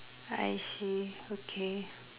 I see okay